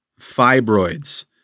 fibroids